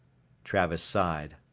travis sighed.